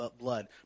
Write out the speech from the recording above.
blood